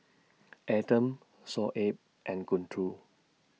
Adam Shoaib and Guntur